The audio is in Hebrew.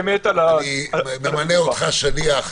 - ממנה אותך שליח,